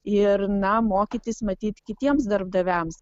ir na mokytis matyt kitiems darbdaviams